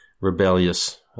rebellious